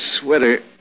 sweater